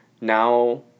Now